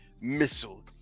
missile